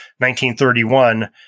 1931